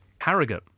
Harrogate